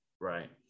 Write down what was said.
Right